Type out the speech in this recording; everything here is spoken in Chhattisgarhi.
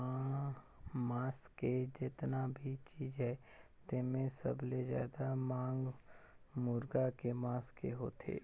मांस के जेतना भी चीज हे तेम्हे सबले जादा मांग मुरगा के मांस के होथे